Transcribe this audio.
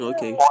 Okay